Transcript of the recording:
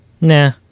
nah